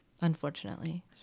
unfortunately